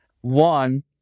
One